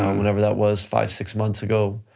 um whenever that was five, six months ago,